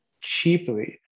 cheaply